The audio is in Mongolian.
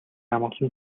амгалан